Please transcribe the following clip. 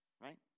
Right